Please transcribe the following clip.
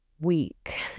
week